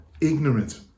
ignorant